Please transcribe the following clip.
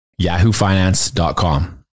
yahoofinance.com